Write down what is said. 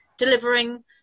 Delivering